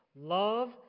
Love